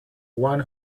one